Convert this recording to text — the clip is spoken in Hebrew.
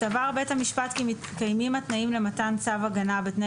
(ח1) סבר בית המשפט כי מתקיימים התנאים למתן צו הגנה בתנאי